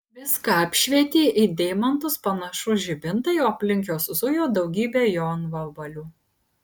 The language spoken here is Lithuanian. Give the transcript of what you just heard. viską apšvietė į deimantus panašūs žibintai o aplink juos zujo daugybė jonvabalių